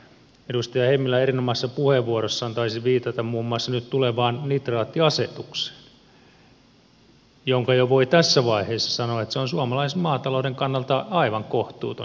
edustaja hemmilä erinomaisessa puheenvuorossaan taisi viitata muun muassa nyt tulevaan nitraattiasetukseen josta voi jo tässä vaiheessa sanoa että se on suomalaisen maatalouden kannalta aivan kohtuuton säädöstensä perusteella